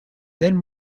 then